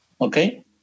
Okay